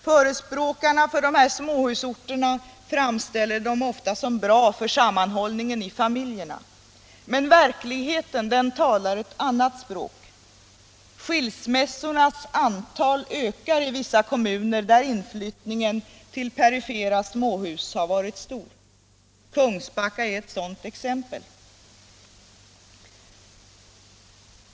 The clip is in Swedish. Förespråkare för småhusorterna framställer dem ofta som bra för sammanhållningen i familjerna. Men verkligheten talar ett annat språk. Skilsmässornas antal ökar i vissa kommuner där inflyttningen till perifera småhus varit stor. Kungbacka är ett sådant exempel.